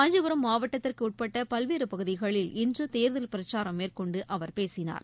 காஞ்சிபுரம் மாவட்டத்திற்கு உட்பட்ட பல்வேறு பகுதிகளில் இன்று தேர்தல் பிரச்சாரம் மேற்கொண்டு அவர் பேசினார்